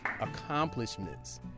accomplishments